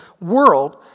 world